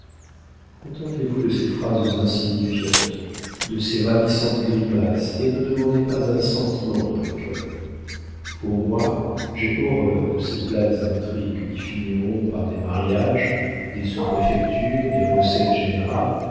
contentez-vous de ces phrases insignifiantes de ces ravissantes grimaces et ne demandez pas un sentiment dans les cœurs pour moi j'ai horreur de ces plates intrigues qui finiront par des mariages des sous préfectures des recettes générales